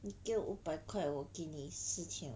你给我五百我给你四千